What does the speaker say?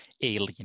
alien